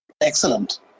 Excellent